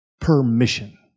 Permission